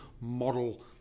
model